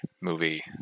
movie